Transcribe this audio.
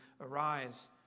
arise